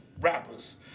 rappers